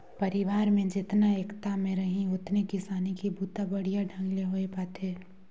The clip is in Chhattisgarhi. परिवार में जेतना एकता में रहीं ओतने किसानी के बूता बड़िहा ढंग ले होये पाथे